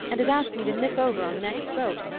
and has asked me to nip over on the next boat.